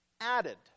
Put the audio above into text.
Added